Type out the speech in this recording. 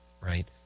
right